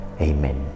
Amen